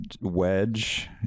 wedge